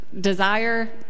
desire